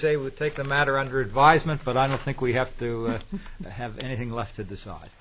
say would take the matter under advisement but i don't think we have to have anything left to decide